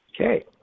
Okay